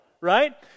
right